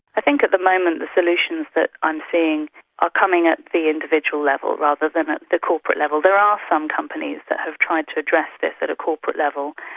i think at the moment the solutions that i'm seeing are coming at the individual level rather than at the corporate level. there are some companies that have tried to address this at a corporate level,